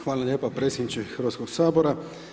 Hvala lijepo predsjedniče Hrvatskog sabora.